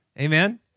Amen